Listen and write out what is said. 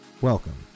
welcome